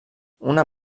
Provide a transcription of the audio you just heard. una